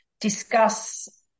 discuss